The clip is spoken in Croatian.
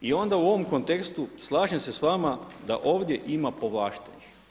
I onda u ovom kontekstu slažem se s vama, da ovdje ima povlaštenih.